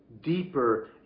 deeper